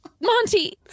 Monty